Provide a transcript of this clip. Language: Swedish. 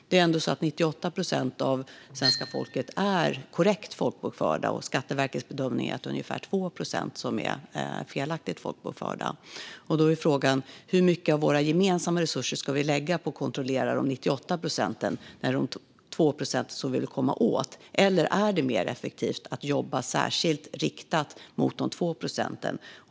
Det är ändå så att 98 procent av svenska folket är korrekt folkbokförda, och Skatteverkets bedömning är att det är ungefär 2 procent som är felaktigt folkbokförda. Då är frågan: Hur mycket av våra gemensamma resurser ska vi lägga på att kontrollera dessa 98 procent när det är dessa 2 procent som vi vill komma åt? Eller är det mer effektivt att jobba särskilt riktat mot dessa 2 procent?